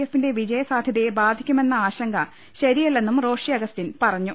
എഫിന്റെ വിജയസാധ്യതയെ ബാധി ക്കുമെന്ന ആശങ്ക ശരിയല്ലെന്നും റോഷി അഗസ്റ്റിൻ പറഞ്ഞു